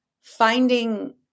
finding